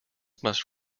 must